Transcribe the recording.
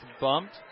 bumped